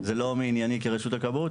זה לא מענייני כרשות הכבאות,